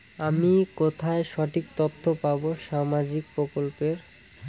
আমি কোথায় সঠিক তথ্য পাবো সামাজিক প্রকল্পের?